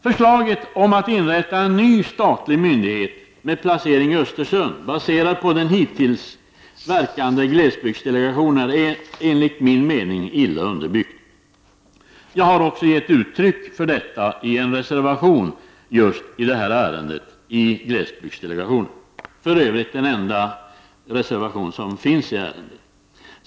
Förslaget om att inrätta en ny statlig myndighet med placering i Östersund, baserat på den hittills verkande glesbygdsdelegationen, är enligt min mening illa underbyggt. Det har jag gett uttryck för i en reservation i detta ärende — för övrigt den enda reservationen.